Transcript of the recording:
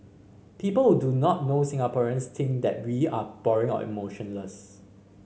people who do not know Singaporeans think that we are boring or emotionless